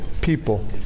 people